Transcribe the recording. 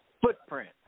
footprint